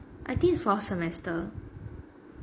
I think is for a semester